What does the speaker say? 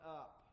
up